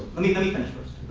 let me let me finish first.